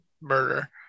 murder